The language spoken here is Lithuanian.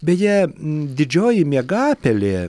beje didžioji miegapelė